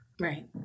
Right